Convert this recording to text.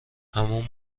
عموم